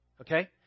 okay